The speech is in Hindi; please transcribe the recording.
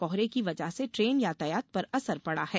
कोहरे की वजह से ट्रेन यातायात पर असर पड़ा है